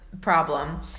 problem